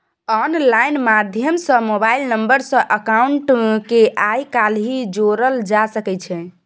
online माध्यम सँ mobile number सँ अकाउंट केँ आइ काल्हि जोरल जा सकै छै